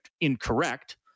incorrect